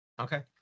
Okay